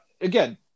Again